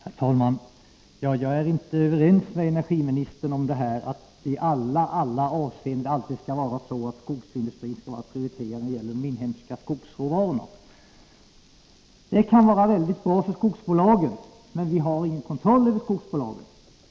Herr talman! Jag är inte överens med energiministern om att skogsindustrin i alla avseenden alltid skall vara prioriterad när det gäller de inhemska skogsråvarorna. Det kan vara väldigt bra för skogsbolagen, men vi har ingen kontroll över dem.